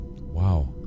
Wow